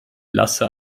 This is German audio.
lasse